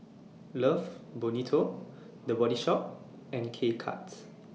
Love Bonito The Body Shop and K Cuts